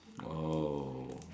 oh